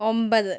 ഒമ്പത്